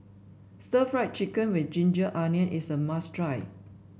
Stir Fried Chicken with ginger onion is a must try